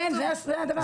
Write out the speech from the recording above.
כן, זה הדבר.